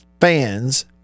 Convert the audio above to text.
fans